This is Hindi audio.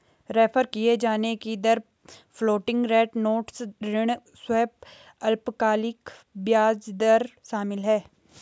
रेफर किये जाने की दर फ्लोटिंग रेट नोट्स ऋण स्वैप अल्पकालिक ब्याज दर शामिल है